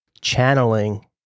channeling